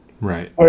right